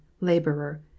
Laborer